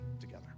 together